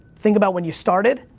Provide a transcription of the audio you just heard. think about when you started,